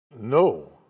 No